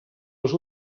els